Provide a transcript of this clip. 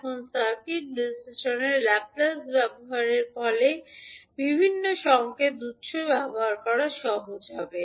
এখন সার্কিট বিশ্লেষণে ল্যাপ্লেস ব্যবহারের ফলে বিভিন্ন সংকেত উত্স ব্যবহার সহজ হবে